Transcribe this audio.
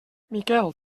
miquel